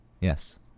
Yes